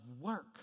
work